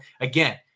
again